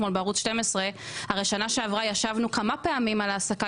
אתמול בערוץ 12. בשנה שעברה ישבנו כמה פעמים על העסקה